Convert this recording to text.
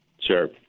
Sure